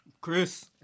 Chris